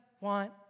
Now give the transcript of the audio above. want